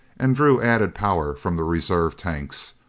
and drew added power from the reserve tanks.